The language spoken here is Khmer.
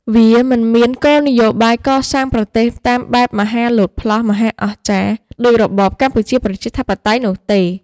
វាមិនមានគោលនយោបាយកសាងប្រទេសតាមបែប "មហាលោតផ្លោះ មហាអស្ចារ្យ" ដូចរបបកម្ពុជាប្រជាធិបតេយ្យនោះទេ។